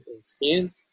skin